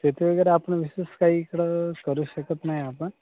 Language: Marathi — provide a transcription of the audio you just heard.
शेती वगैरे आपण विशेष काही इकडं करू शकत नाही आपण